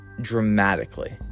dramatically